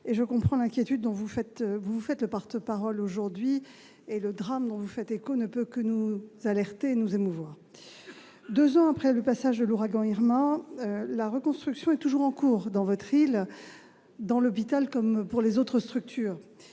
Je comprends l'inquiétude dont vous vous faites le porte-parole aujourd'hui. Le drame dont vous vous faites l'écho ne peut que nous alerter et nous émouvoir. Deux ans après le passage de l'ouragan Irma sur votre île, la reconstruction est toujours en cours, à l'hôpital comme pour d'autres structures.